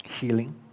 healing